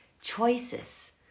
choices